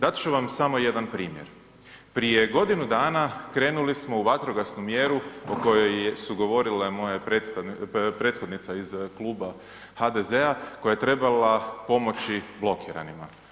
Dat ću vam samo jedan primjer, prije godinu dana krenuli smo u vatrogasnu mjeru o kojoj je govorila moja prethodnica iz kluba HDZ-a koja je trebala pomoći blokiranima.